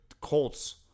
Colts